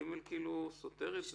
(ג) כאילו סותר את זה.